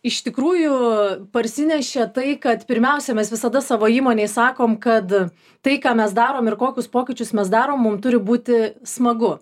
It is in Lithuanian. iš tikrųjų parsinešė tai kad pirmiausia mes visada savo įmonėj sakom kad tai ką mes darom ir kokius pokyčius mes darom mum turi būti smagu